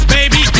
Baby